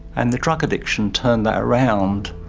and the drug addiction turned that around,